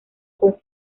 con